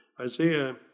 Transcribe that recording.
Isaiah